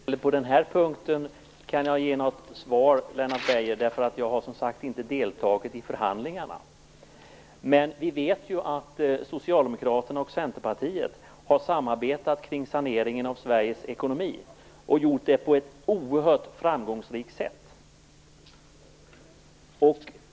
Fru talman! Inte heller på den här punkten kan jag ge något svar, Lennart Beijer. Jag har som sagt inte deltagit i förhandlingarna. Men vi vet att Socialdemokraterna och Centerpartiet har samarbetat kring saneringen av Sveriges ekonomi och gjort det på ett oerhört framgångsrikt sätt.